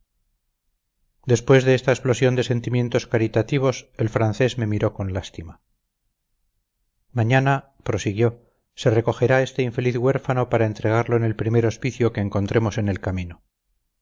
después de esta explosión de sentimientos caritativos el francés me miró con lástima mañana prosiguió se recogerá este infeliz huérfano para entregarlo en el primer hospicio que encontremos en el camino